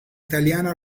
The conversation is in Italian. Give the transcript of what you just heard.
italiana